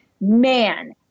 man